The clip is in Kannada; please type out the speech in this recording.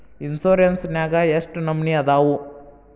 ಇನ್ಸುರೆನ್ಸ್ ನ್ಯಾಗ ಎಷ್ಟ್ ನಮನಿ ಅದಾವು?